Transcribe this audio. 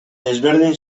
desberdin